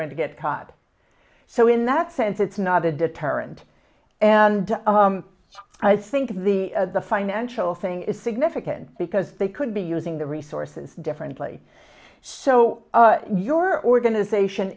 going to get caught so in that sense it's not a deterrent and i think the the financial thing is significant because they could be using the resources differently so your organization